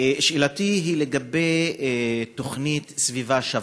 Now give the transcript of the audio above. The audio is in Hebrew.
שאלתי היא לגבי תוכנית "סביבה שווה".